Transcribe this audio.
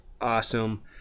awesome